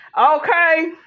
Okay